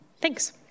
thanks